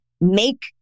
make